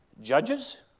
Judges